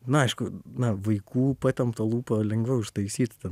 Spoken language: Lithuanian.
na aišku na vaikų patemptą lūpą lengviau ištaisyti ten